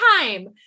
time